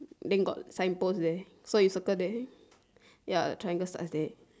then got sign post there so you circle there ya the triangle starts there